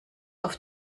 auf